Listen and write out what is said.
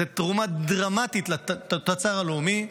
זו תרומה דרמטית לתוצר הלאומי.